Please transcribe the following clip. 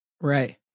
Right